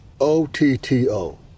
O-T-T-O